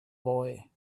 boy